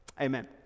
Amen